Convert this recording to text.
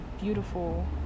beautiful